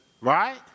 Right